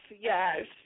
yes